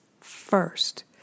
first